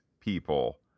people